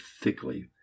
thickly